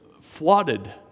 flooded